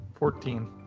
Fourteen